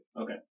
Okay